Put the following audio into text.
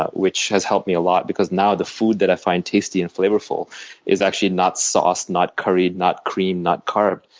ah which has helped me a lot because now the food i find tasty and flavorful is actually not sauce, not curried, not cream, not carb.